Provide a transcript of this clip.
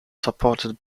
supported